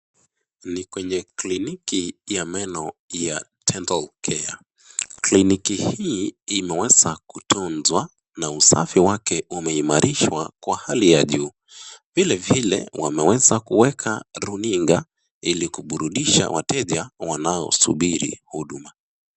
Ni kwenye kliniki ya meno ya Dental Care. Kliniki hii imeweza kutuzwa na usafi wake umeimarishwa kwa hali ya juu. Vilevile wameweza kueka runinga ili kuburudisha wateja wanaosubiri huduma.